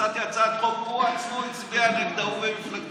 הצעתי הצעת חוק, הוא עצמו הצביע נגדה, הוא ומפלגתו